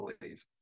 believe